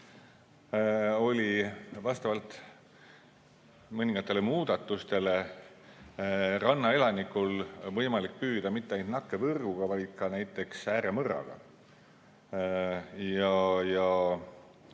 oli vastavalt mõningatele muudatustele rannaelanikul võimalik püüda mitte ainult nakkevõrguga, vaid ka näiteks ääremõrraga.